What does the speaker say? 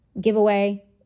giveaway